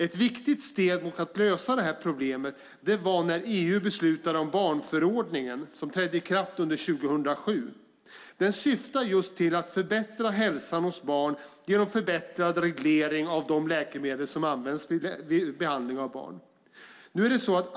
Ett viktigt steg mot att lösa problemet var när EU beslutade om barnförordningen som trädde i kraft under 2007. Den syftar till att förbättra hälsan hos barn genom förbättrad reglering av de läkemedel som används vid behandling av barn.